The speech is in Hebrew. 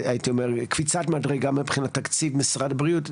קפיצת מדרגה מבחינת תקציב משרד הבריאות,